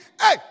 Hey